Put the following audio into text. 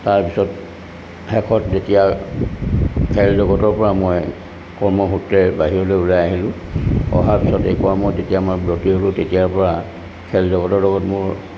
তাৰপিছত শেষত যেতিয়া খেল জগতৰ পৰা মই কৰ্মসূত্ৰে বাহিৰলৈ ওলাই আহিলোঁ অহাৰ পিছত এই কৰ্মত যেতিয়া মই ব্ৰতী হ'লো তেতিয়াৰ পৰা খেল জগতৰ লগত মোৰ